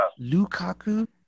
Lukaku